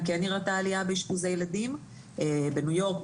כן נראית העלייה באשפוז הילדים בניו יורק,